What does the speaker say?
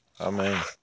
Amen